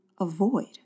avoid